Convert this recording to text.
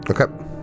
Okay